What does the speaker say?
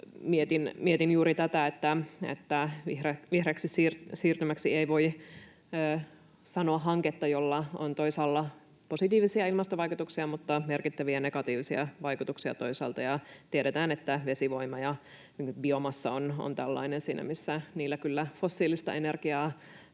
Mietin juuri tätä, että vihreäksi siirtymäksi ei voi sanoa hanketta, jolla on toisaalta positiivisia ilmastovaikutuksia mutta toisaalta merkittäviä negatiivisia vaikutuksia. Tiedetään, että vesivoima ja biomassa ovat tällaisia, siinä missä niillä kyllä fossiilista energiaa